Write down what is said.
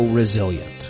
resilient